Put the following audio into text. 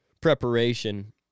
preparation